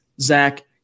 Zach